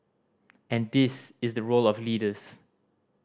and this is the role of leaders